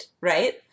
right